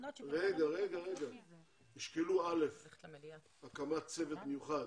תשקלו הקמת צוות מיוחד